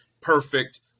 perfect